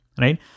Right